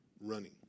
running